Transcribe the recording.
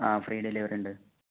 ആ free delivery ഉണ്ട്